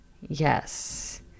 Yes